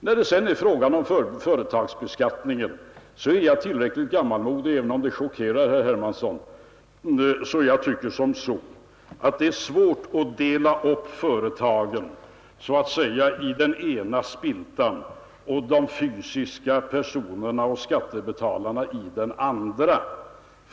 När det sedan är fråga om företagsbeskattningen, så är jag tillräckligt gammalmodig — även om det chockerar herr Hermansson — för att tycka att det är svårt att dela upp företagen så att säga i den ena spiltan och de fysiska personerna och skattebetalarna i den andra.